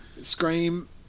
Scream